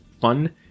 fun